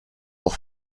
pour